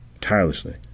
tirelessly